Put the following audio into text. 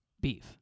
beef